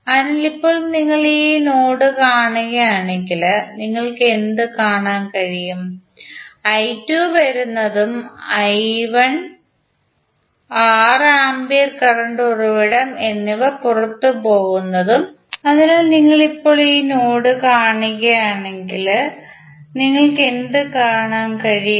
അതിനാൽ ഇപ്പോൾ നിങ്ങൾ ഈ നോഡ് കാണുകയാണെങ്കിൽ നിങ്ങൾക്ക് എന്ത് കാണാൻ കഴിയും